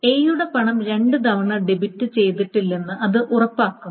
A യുടെ പണം രണ്ടുതവണ ഡെബിറ്റ് ചെയ്തിട്ടില്ലെന്ന് ഇത് ഉറപ്പാക്കുന്നു